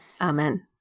Amen